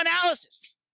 analysis